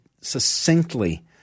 succinctly